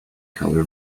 color